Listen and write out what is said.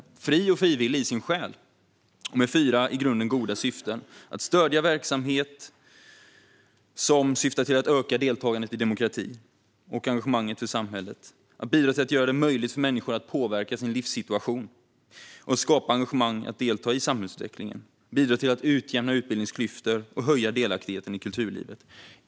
Den är fri och frivillig i sin själ och har fyra i grunden goda syften: att stödja verksamhet som syftar till att öka deltagandet i demokratin och engagemanget för samhället, att bidra till att göra det möjligt för människor att påverka sin livssituation och att skapa engagemang att delta i samhällsutvecklingen, att bidra till att utjämna utbildningsklyftor och att öka delaktigheten i kulturlivet.